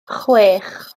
chwech